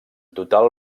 total